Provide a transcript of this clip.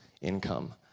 income